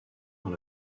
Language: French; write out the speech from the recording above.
dans